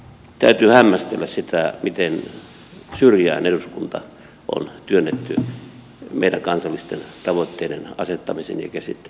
täytyy hämmästellä sitä miten syrjään eduskunta on työnnetty meidän kansallisten tavoitteiden asettamisen ja käsittelyn osalta